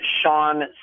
Sean